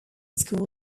school